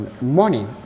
money